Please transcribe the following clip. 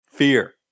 Fear